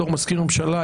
בתור מזכיר הממשלה,